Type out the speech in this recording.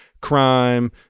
crime